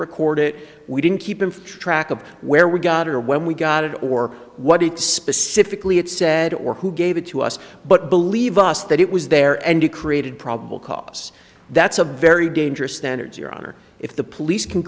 record it we didn't keep him for track of where we got it or when we got it or what it specifically it said or who gave it to us but believe us that it was there and you created probable cause that's a very dangerous standards your honor if the police can